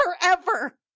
Forever